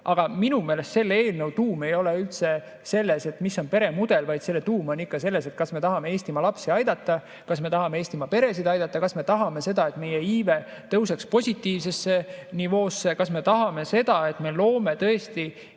Aga minu meelest selle eelnõu tuum ei ole üldse selles, mis on peremudel. Selle tuum on ikkagi selles, kas me tahame Eestimaa lapsi aidata, kas me tahame Eestimaa peresid aidata, kas me tahame seda, et meie iive tõuseks positiivse nivooni, kas me tahame seda, et me loome tõesti